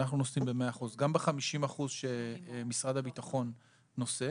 אנחנו נושאים ב-100% גם ב-50% שמשרד הביטחון נושא